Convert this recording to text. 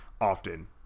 often